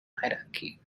hierarchy